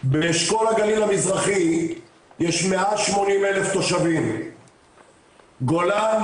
באשכול הגליל המזרחי יש 180 אלף תושבים, גולן,